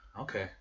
Okay